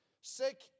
sick